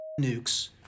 nukes